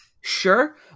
sure